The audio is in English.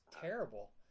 terrible